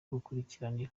gukurikirana